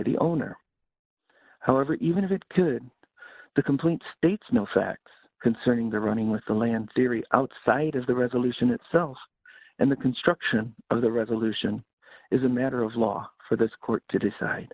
the owner however even if it could the complete state's no facts concerning the running with the land theory outside of the resolution itself and the construction of the resolution is a matter of law for this court to decide